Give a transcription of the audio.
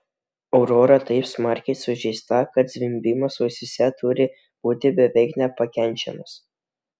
aurora taip smarkiai sužeista kad zvimbimas ausyse turi būti beveik nepakenčiamas